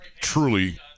truly